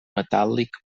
metàl·lic